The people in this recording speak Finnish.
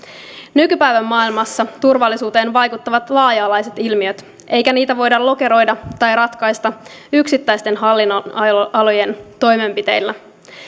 nykypäivän maailmassa turvallisuuteen vaikuttavat laaja alaiset ilmiöt eikä niitä voida lokeroida tai ratkaista yksittäisten hallinnonalojen toimenpiteillä